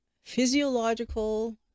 physiological